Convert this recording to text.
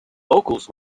vocals